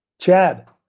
Chad